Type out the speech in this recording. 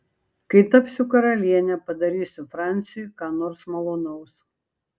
kai tapsiu karaliene padarysiu franciui ką nors malonaus